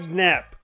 nap